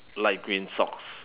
light green socks